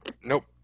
Nope